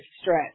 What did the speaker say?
stress